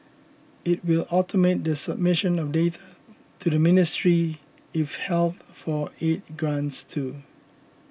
it will automate the submission of data to the Ministry if health for aid grants too